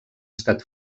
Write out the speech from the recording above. estat